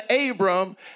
Abram